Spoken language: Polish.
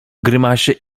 grymasie